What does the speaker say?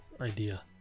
idea